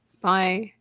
bye